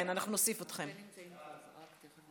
ההצעה להעביר